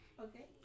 Okay